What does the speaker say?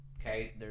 okay